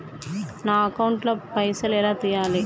నా అకౌంట్ ల పైసల్ ఎలా తీయాలి?